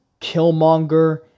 Killmonger